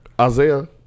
Isaiah